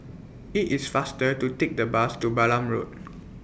IT IS faster to Take The Bus to Balam Road